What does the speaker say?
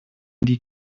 die